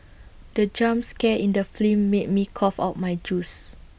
the jump scare in the film made me cough out my juice